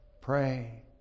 Pray